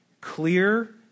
clear